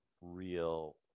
real